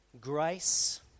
grace